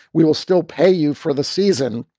we will still pay you for the season.